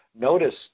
Notice